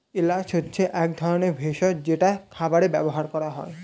এলাচ হচ্ছে এক ধরনের ভেষজ যেটা খাবারে ব্যবহার করা হয়